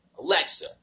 Alexa